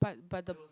but the